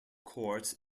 courts